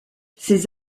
ses